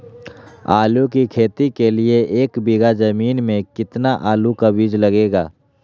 आलू की खेती के लिए एक बीघा जमीन में कितना आलू का बीज लगेगा?